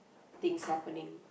things happening